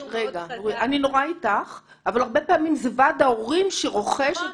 אני נורא איתך אבל הרבה פעמים זה ועד ההורים שרוכש.